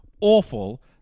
awful